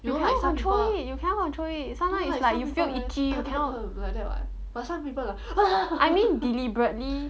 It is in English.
you cannot control it you cannot control it sometime is like you feel itchy you cannot I mean deliberately